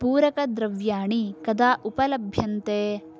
पूरकद्रव्याणि कदा उपलभ्यन्ते